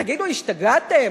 תגידו, השתגעתם?